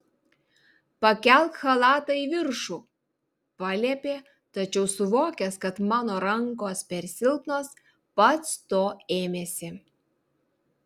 pakelk chalatą į viršų paliepė tačiau suvokęs kad mano rankos per silpnos pats to ėmėsi